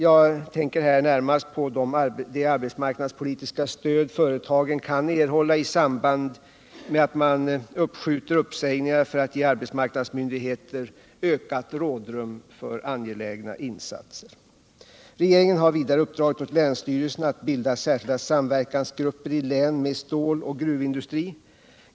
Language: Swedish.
Jag tänker här närmast på det arbetsmarknadspolitiska stöd som företagen kan erhålla i samband med att de uppskjuter uppsägningar för att ge arbetsmarknadsmyndigheterna ökat rådrum för angelägna insatser. Regeringen har vidare uppdragit åt länsstyrelserna att bilda särskilda samverkansgrupper i län med ståloch gruvindustri.